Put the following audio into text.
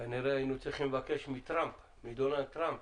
שכנראה שהיינו צריכים לבקש מדונלד טראמפ